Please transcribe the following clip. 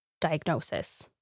diagnosis